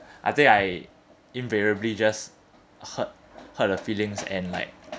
I think I invariably just hurt hurt her feelings and like